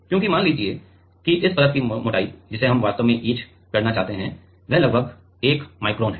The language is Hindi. क्योंकि मान लीजिए कि इस परत की मोटाई जिसे हम वास्तव में इच चाहते हैं वह लगभग 1 माइक्रोन है